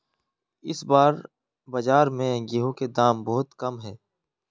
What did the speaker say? इस बार बाजार में गेंहू के दाम बहुत कम है?